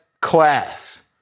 class